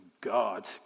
God